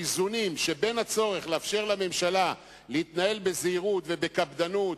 שבאיזונים שבין הצורך לאפשר לממשלה להתנהל בזהירות ובקפדנות,